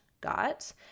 got